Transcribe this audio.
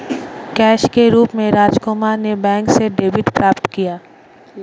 cash के रूप में राजकुमार ने बैंक से डेबिट प्राप्त किया